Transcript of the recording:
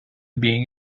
being